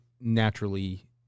naturally